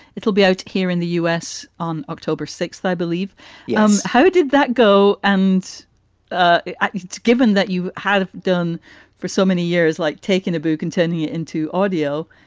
it'll be out here in the us on october sixth, i believe yeah um how did that go? and given that you have done for so many years like taking a book and turning it into audio,